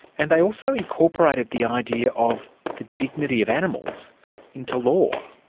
and they also incorporated the idea of the dignity of animals into law.